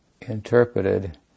interpreted